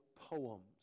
poems